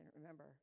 remember